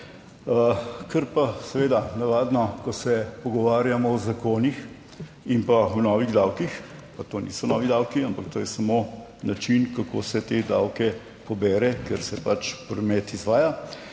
Ker pa seveda navadno, ko se pogovarjamo o zakonih in pa o novih davkih, pa to niso novi davki, ampak to je samo način kako se te davke pobere, ker se promet izvaja,